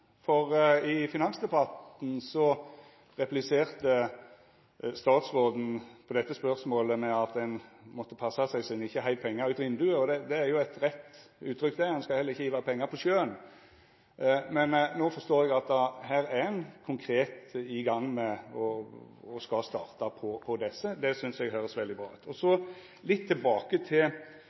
ein ikkje heiv pengar ut av vindauget. Det er jo eit rett uttrykk det. Og ein skal heller ikkje hiva pengar på sjøen. Men no forstår eg at her er ein konkret i gang og skal starta på dette. Det synest eg høyrast veldig bra ut. Så litt tilbake til